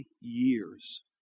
years